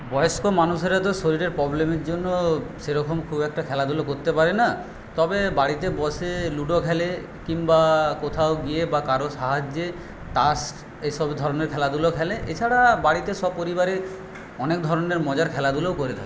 বয়স্ক মানুষ তো শরীরে প্রবলেমের জন্য সেরকম খুব একটা খেলাধুলো করতে পারে না তবে বাড়িতে বসে লুডো খেলে কিংবা কোথাও গিয়ে বা কারও সাহায্যে তাস এইসব ধরণের খেলাধুলো খেলে এছাড়া বাড়িতে সপরিবারে অনেক ধরণের মজার খেলাধুলোও করে থাকে